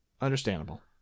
Understandable